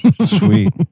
Sweet